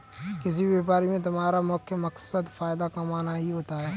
किसी भी व्यापार में तुम्हारा मुख्य मकसद फायदा कमाना ही होता है